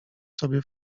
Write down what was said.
sobie